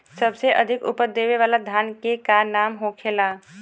सबसे अधिक उपज देवे वाला धान के का नाम होखे ला?